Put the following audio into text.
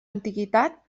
antiguitat